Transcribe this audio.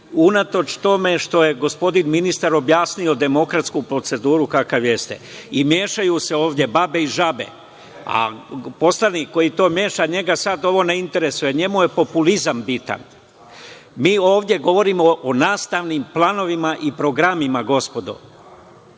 unatoč tome što je gospodin ministar objasnio demokratsku proceduru kakva jeste i mešaju se ovde babe i žabe, a poslanik koji to meša, njega sad ovo ne interesuje, njemu je populizam bitan. Mi ovde govorimo o nastavnim planovima i programima, gospodo.